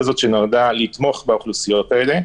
שנועדה לתמוך באוכלוסיות האלה.